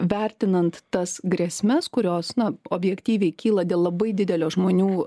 vertinant tas grėsmes kurios na objektyviai kyla dėl labai didelio žmonių